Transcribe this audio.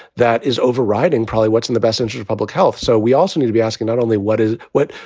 that is overriding probably what's in the best interest of public health. so we also need to be asking not only what is what,